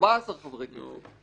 14 חברי כנסת,